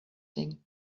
thing